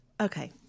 Okay